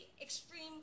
extreme